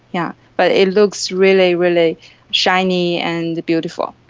yeah but it looks really, really shiny and beautiful.